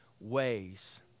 ways